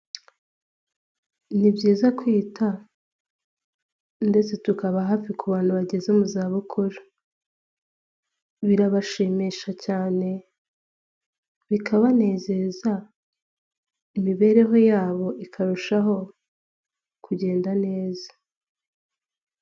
Ni byiza kwita ndetse tukaba hafi ku bantu bageze mu za bukuru birabashimisha cyane bikabanezeza imibereho yabo ikarushaho kugenda neza.